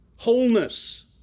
Wholeness